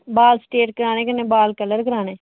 बाल straight कराने कन्नै बाल कलर कराने